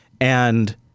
And-